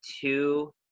two